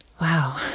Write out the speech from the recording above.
Wow